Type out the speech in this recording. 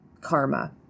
karma